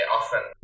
often